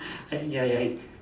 ya ya ya